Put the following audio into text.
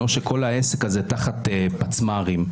או שכל העסק הזה תחת פצמ"רים.